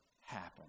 happen